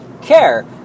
care